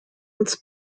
als